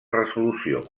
resolució